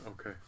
Okay